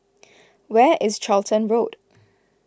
where is Charlton Road